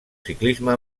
ciclisme